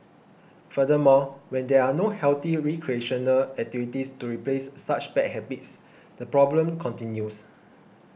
furthermore when there are no healthy recreational activities to replace such bad habits the problem continues